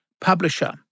publisher